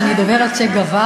שאני אדבר על צ'ה גווארה?